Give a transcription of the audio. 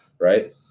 right